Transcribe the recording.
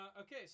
Okay